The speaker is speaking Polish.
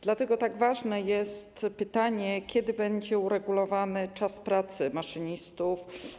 Dlatego tak ważne jest pytanie, kiedy będzie uregulowany czas pracy maszynistów.